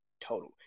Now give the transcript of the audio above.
total